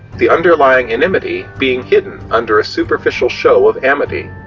the underlying and enmity being hidden under a superficial show of amity.